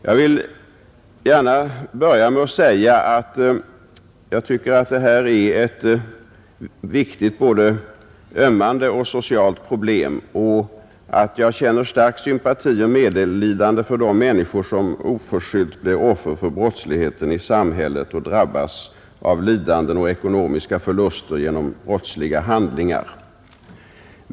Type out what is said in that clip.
Jag vill gärna börja med att säga att jag tycker att detta är ett viktigt både ömmande och socialt problem och att jag känner stark sympati och medlidande med de människor som oförskyllt blir offer för brottsligheten i samhället och drabbas av lidanden och ekonomiska förluster genom brottsliga handlingar.